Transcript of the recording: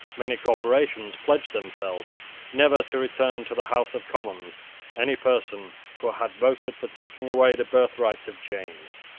many corporations pledged themselves never to return to the house of commons any person who had voted for taking away the birthright of james.